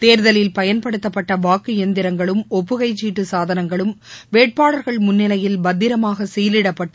தேர்தலில் பயன்படுத்தப்பட்ட வாக்கு இயந்திரங்களும் ஒப்புகைச்சீட்டு சாதனங்களும் வேட்பாளர்கள் முன்ளிலையில் பத்திரமாக சீலிடப்பட்டு